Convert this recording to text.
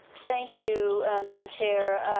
thank you, madam chair.